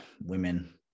women